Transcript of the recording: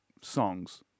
songs